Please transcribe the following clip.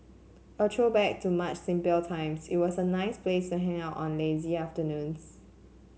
a throwback to much simpler times it was a nice place to hang out on lazy afternoons